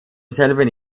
selben